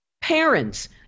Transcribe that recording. parents